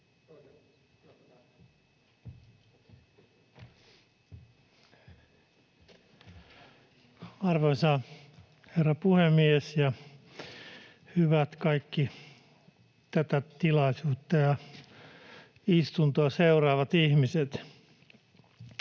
Arvoisa herra puhemies! Ja hyvät kaikki tätä tilaisuutta ja istuntoa seuraavat ihmiset!